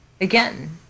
again